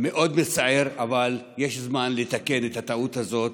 מאוד מצער, אבל יש זמן לתקן את הטעות הזאת.